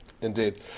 indeed